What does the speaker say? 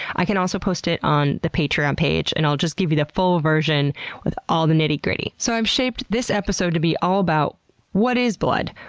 i can also post it on the patreon page and i'll just give you the full version with all the nitty-gritty. so, i've shaped this episode to be all about what is blood?